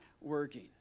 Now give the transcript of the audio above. working